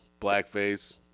blackface